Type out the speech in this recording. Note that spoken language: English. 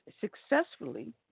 successfully